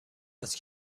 است